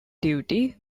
duty